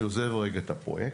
אני עוזב רגע את הפרויקט.